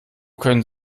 können